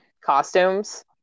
costumes